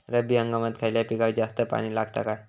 रब्बी हंगामात खयल्या पिकाक जास्त पाणी लागता काय?